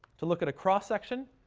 to look at a cross-section,